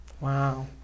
Wow